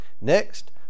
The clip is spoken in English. Next